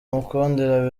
umukundira